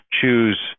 choose